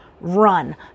run